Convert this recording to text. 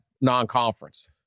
non-conference